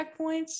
checkpoints